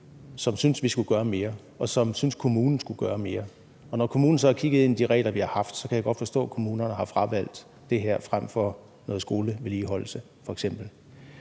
som synes, at vi skulle gøre mere, og som synes, at kommunen skulle gøre mere. Og når kommunen så har kigget ind i de regler, vi har haft, kan jeg godt forstå, at kommunerne har fravalgt det her frem for f.eks. noget skolevedligeholdelse.